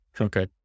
Okay